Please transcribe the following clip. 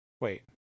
wait